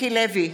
מיקי לוי,